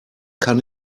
kann